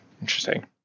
Interesting